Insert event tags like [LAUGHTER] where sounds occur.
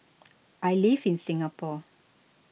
[NOISE] I live in Singapore